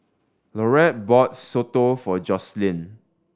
Laurette bought soto for Joselyn